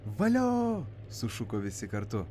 valio sušuko visi kartu